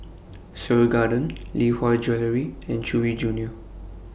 Seoul Garden Lee Hwa Jewellery and Chewy Junior